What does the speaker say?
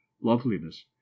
loveliness